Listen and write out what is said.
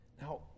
Now